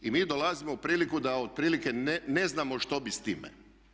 I mi dolazimo u priliku da otprilike ne znamo što bi s time.